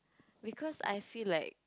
because I feel like